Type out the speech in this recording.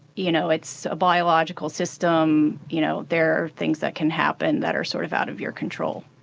you know, it's a biological system. you know, there are things that can happen that are sort of out of your control.